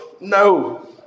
No